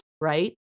right